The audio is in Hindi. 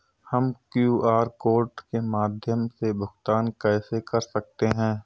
हम क्यू.आर कोड के माध्यम से भुगतान कैसे कर सकते हैं?